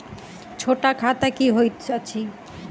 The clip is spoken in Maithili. छोट खाता की होइत अछि